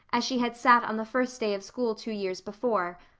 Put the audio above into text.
as she had sat on the first day of school two years before,